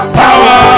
power